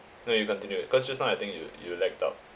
no you continue it cause just now I think you you lagged out